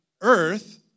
earth